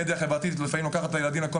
המדיה החברתית לפעמים לוקחת את הילדים לכל